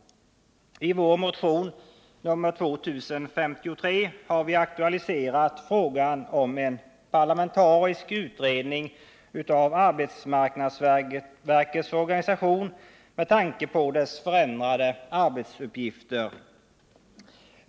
I vår motion nr 2053 har vi aktualiserat frågan om en parlamentarisk utredning av arbetsmarknadsverkets organisation med tanke på dess förändrade arbetsuppgifter.